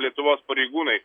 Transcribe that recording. lietuvos pareigūnai